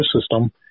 system